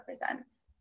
represents